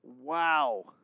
Wow